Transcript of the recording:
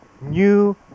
new